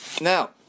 Now